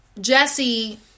Jesse